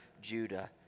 Judah